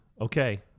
okay